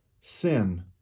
sin